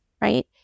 right